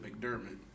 McDermott